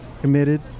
committed